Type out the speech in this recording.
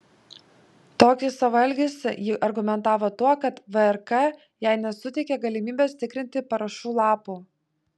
tokį savo elgesį ji argumentavo tuo kad vrk jai nesuteikė galimybės tikrinti parašų lapų